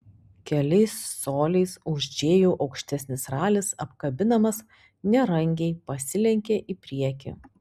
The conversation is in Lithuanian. keliais coliais už džėjų aukštesnis ralis apkabinamas nerangiai pasilenkė į priekį